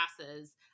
classes